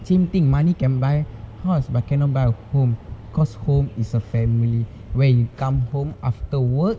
same thing money can buy house buy cannot buy a home cause home is a family where you come home after work